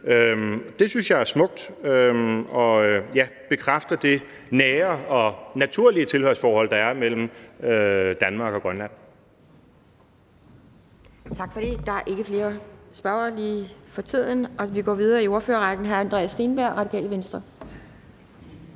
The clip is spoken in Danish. Det synes jeg er smukt, og det bekræfter det nære og naturlige tilhørsforhold, der er mellem Danmark og Grønland.